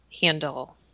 handle